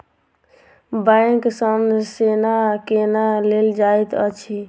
bank सँ सोना केना लेल जाइत अछि